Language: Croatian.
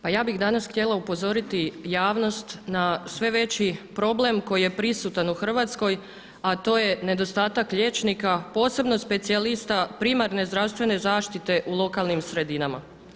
Pa ja bih danas htjela upozoriti javnost na sve veći problem koji je prisutan u Hrvatskoj, a to je nedostatak liječnika posebno specijalista primarne zdravstvene zaštite u lokalnim sredinama.